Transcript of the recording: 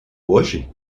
hoje